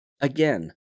Again